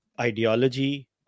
ideology